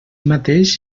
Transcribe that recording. mateix